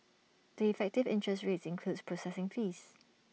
the effective interest rates includes processing fees